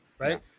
Right